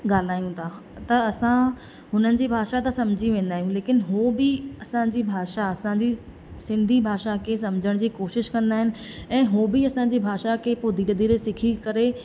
ॻाल्हायूं था त असां उन्हनि जी भाषा त सम्झी वेंदा आहियूं लेकिन उहे बि असांजी भाषा असांजी सिंधी भाषा खे सम्झण जी कोशिश कंदा आहिनि ऐं उहे बि असांजी भाषा खे पोइ धीरे धीरे सिखी करे